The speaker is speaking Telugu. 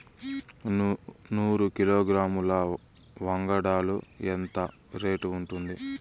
నూరు కిలోగ్రాముల వంగడాలు ఎంత రేటు ఉంటుంది?